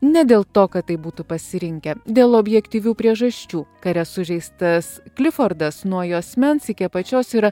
ne dėl to kad taip būtų pasirinkę dėl objektyvių priežasčių kare sužeistas klifordas nuo juosmens iki apačios yra